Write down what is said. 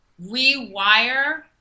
rewire